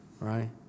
right